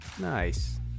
Nice